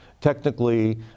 Technically